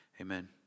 Amen